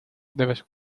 debes